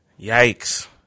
Yikes